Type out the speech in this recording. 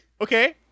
Okay